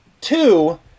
Two